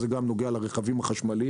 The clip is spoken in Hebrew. חלק מההשקעה נוגע גם לרכבים החשמליים